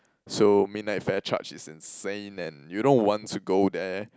so midnight fare charge is insane and you know once you go there